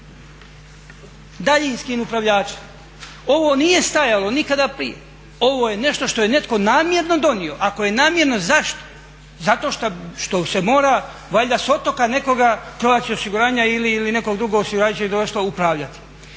daljinskim upravljačem. Ovo nije stajalo nikada prije, ovo je nešto što je netko namjerno donio. Ako je namjerno zašto? Zato što se mora valjda s otoka nekoga Croatia osiguranja ili nekog drugog osiguravajućeg društva upravljati,